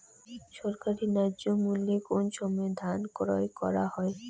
সরকারি ন্যায্য মূল্যে কোন সময় ধান ক্রয় করা হয়?